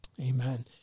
Amen